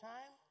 Time